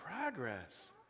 progress